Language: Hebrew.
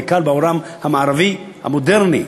בעיקר בעולם המערבי המודרני.